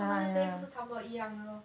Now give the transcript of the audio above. cause 他们的 pay 不是差不多一样的 lor